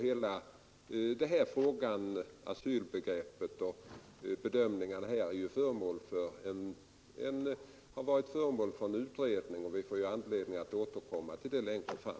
Hela asylbegreppet och bedömningarna här har ju varit föremål för en utredning, och vi får anledning att återkomma till det längre fram.